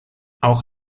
auch